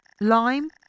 Lime